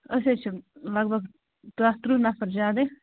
أسۍ حظ چھِ لگ بگ دَہ تٕرٛہ نَفر زیادے